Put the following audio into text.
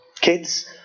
kids